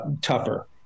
tougher